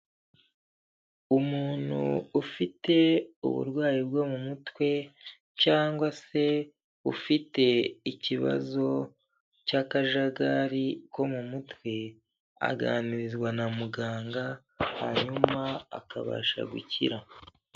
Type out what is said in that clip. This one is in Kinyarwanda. Umuntu ufite uburwayi bwo mu mutwe cyangwa se ufite ikibazo cy'akajagari ko mu mutwe aganirizwa na muganga hanyuma akabasha gukira.